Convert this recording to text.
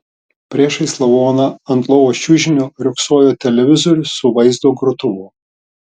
priešais lavoną ant lovos čiužinio riogsojo televizorius su vaizdo grotuvu